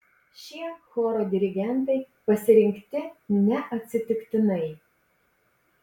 šie choro dirigentai pasirinkti neatsitiktinai